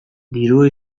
dirua